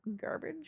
garbage